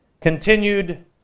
continued